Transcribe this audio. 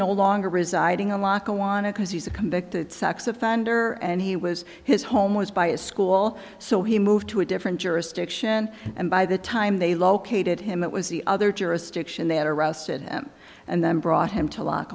no longer residing a lock on it because he's a convicted sex offender and he was his home was by a school so he moved to a different jurisdiction and by the time they located him it was the other jurisdiction they had arrested him and then brought him to lock